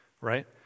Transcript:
right